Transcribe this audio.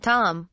Tom